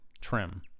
trim